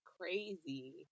crazy